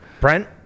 Brent